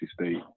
State